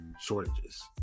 shortages